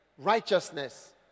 Righteousness